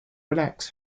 relax